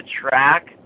track